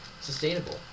sustainable